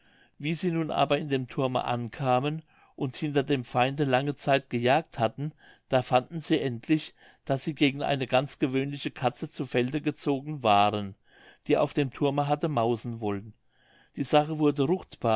wie sie nun aber in dem thurme ankamen und hinter dem feinde lange zeit gejagt hatten da fanden sie endlich daß sie gegen eine ganz gewöhnliche katze zu felde gezogen waren die auf dem thurme hatte mausen wollen die sache wurde